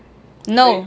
no